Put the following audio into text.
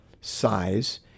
size